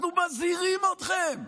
אנחנו מזהירים אתכם,